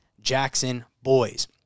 Jackson-Boys